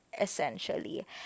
essentially